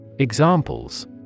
Examples